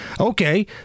okay